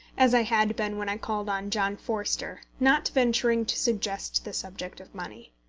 as i had been when i called on john forster, not venturing to suggest the subject of money.